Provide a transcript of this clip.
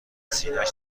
سینهاش